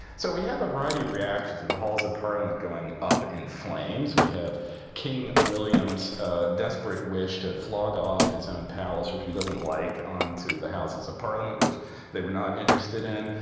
so we have a variety of reactions to the halls of parliament going up in flames. we have king william's desperate wish to flog off his own palace, which he doesn't like, on to the houses of parliament, which they were not interested in.